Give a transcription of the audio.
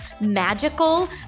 magical